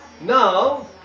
Now